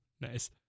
nice